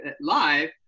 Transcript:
live